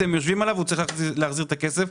אתם יושבים עליו והוא צריך להחזיר את הכסף,